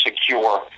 secure